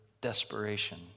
desperation